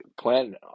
plan